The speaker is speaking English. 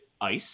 ice